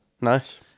Nice